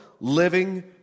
living